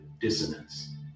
dissonance